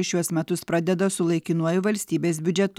šiuos metus pradeda su laikinuoju valstybės biudžetu